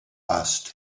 asked